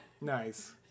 Nice